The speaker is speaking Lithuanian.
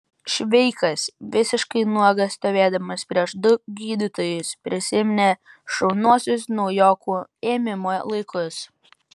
šveikas visiškai nuogas stovėdamas prieš du gydytojus prisiminė šauniuosius naujokų ėmimo laikus